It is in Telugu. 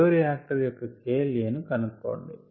బయోరియాక్టర్ యొక్క K L a ను కనుక్కోండి